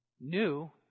new